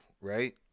right